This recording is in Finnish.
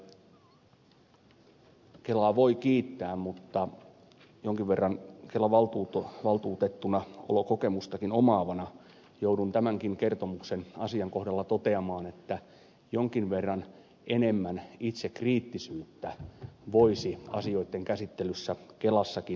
toisinpäin kelaa voi kiittää mutta jonkin verran kela valtuutettuna olon kokemustakin omaavana joudun tämänkin kertomuksen asian kohdalla toteamaan että jonkin verran enemmän itsekriittisyyttä voisi asioitten käsittelyssä kelassakin olla